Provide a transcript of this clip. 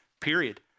period